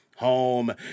home